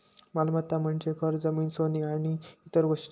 मालमत्ता म्हणजे घर, जमीन, सोने आणि इतर गोष्टी